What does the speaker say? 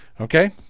Okay